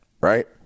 right